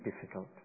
difficult